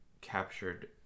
Captured